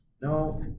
No